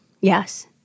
Yes